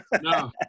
No